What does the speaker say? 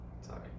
Sorry